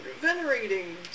venerating